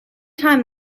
time